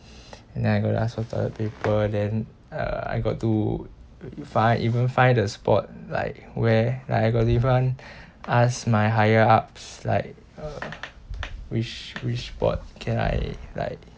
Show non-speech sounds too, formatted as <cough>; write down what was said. <breath> and then I go to ask for toilet paper then uh I got to find even find the spot like where like I got different <breath> ask my higher ups like uh which which spot can I like